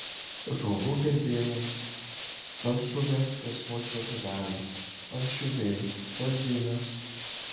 žuvų gerbėjams kardžuvės ir smulkios žuvelės ančiuviai sardinės